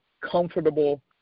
comfortable